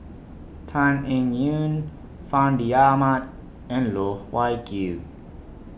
Tan Eng Yoon Fandi Ahmad and Loh Wai Kiew